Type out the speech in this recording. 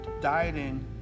Dieting